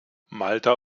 malta